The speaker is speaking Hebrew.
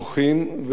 בוכים,